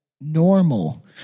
normal